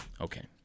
okay